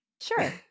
Sure